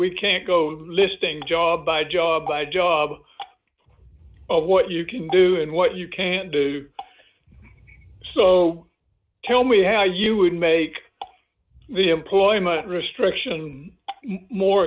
we can't go to listing job by job by job of what you can do and what you can do so tell me how you would make the employment restriction more